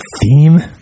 theme